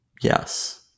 Yes